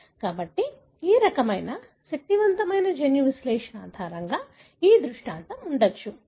కాబట్టి ఈ రకమైన శక్తివంతమైన జన్యు విశ్లేషణ ఆధారంగా ఈ దృష్టాంతం ఉండవచ్చు